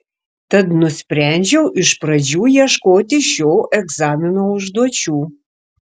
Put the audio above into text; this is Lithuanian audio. tad nusprendžiau iš pradžių ieškoti šio egzamino užduočių